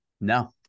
No